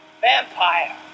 Vampire